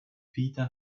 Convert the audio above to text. pita